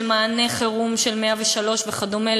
של מענה חירום של 103 וכדומה,